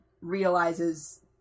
realizes